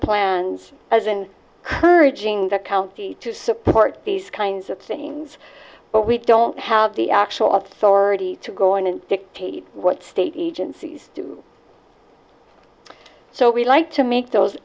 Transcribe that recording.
the county to support these kinds of things but we don't have the actual authority to go in and dictate what state agencies do so we like to make those